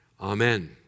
Amen